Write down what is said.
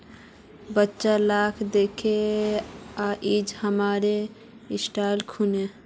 बच्चा लाक दखे आइज हामो ओट्स खैनु